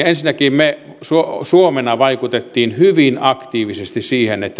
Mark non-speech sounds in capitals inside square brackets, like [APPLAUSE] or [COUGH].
[UNINTELLIGIBLE] ensinnäkin me suomena vaikutimme hyvin aktiivisesti siihen